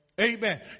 Amen